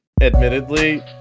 admittedly